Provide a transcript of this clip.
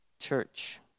church